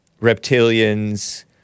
Reptilians